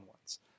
ones